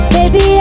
Baby